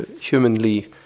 humanly